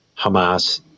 Hamas